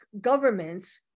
governments